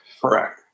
Correct